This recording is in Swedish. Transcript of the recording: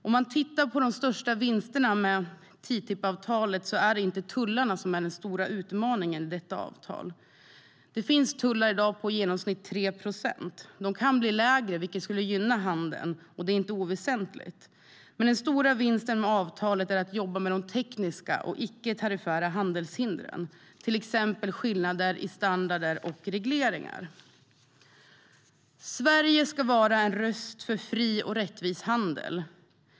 När det gäller de största vinsterna med TTIP-avtalet är det inte tullarna som är den stora utmaningen i detta avtal. Det finns tullar i dag på i genomsnitt 3 procent. De kan bli lägre, vilket skulle gynna handeln, och det är inte oväsentligt. Men den stora vinsten med avtalet är att jobba med de tekniska och icke-tariffära handelshindren, till exempel skillnader i standarder och regleringar. Sverige ska vara en röst för fri och rättvis handel.